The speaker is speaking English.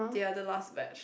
they are the last batch